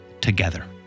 together